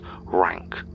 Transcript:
rank